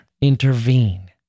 intervene